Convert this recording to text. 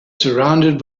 surrounded